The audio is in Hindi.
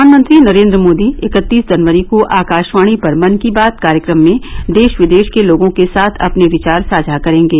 प्रधानमंत्री नरेंद्र मोदी इकतीस जनवरी को आकाशवाणी पर मन की बात कार्यक्रम में देश विदेश के लोगों के साथ अपने विचार साझा करेंगे